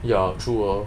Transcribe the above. ya true 哦